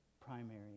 primary